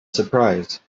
surprise